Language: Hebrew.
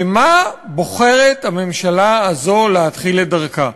במה בוחרת הממשלה הזו להתחיל את דרכה?